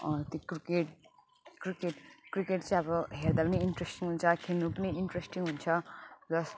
त्यो cricket cricket cricket चाहिँ हेर्दा पनि इन्ट्रेस्टिङ हुन्छ खेल्नु पनि इन्ट्रेस्टिङ हुन्छ प्लस